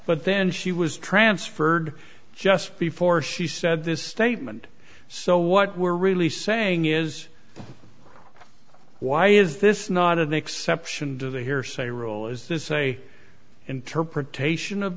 but then she was transferred just before she said this statement so what we're really saying is why is this not an exception to the hearsay rule is this a interpretation of